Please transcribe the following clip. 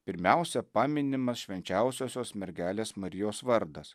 pirmiausia paminimas švenčiausiosios mergelės marijos vardas